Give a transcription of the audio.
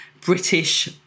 British